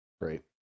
Great